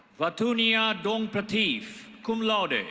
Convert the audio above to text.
petunia donprateefe, cum laude.